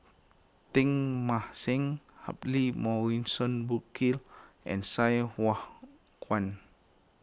Teng Mah Seng Humphrey Morrison Burkill and Sai Hua Kuan